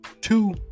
two